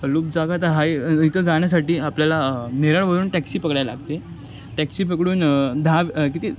लुप्त जागेत आहे इथं जाण्यासठी आपल्याला नेरळवरून टॅक्सी पकडायला लागते टॅक्सी पकडून दहा किती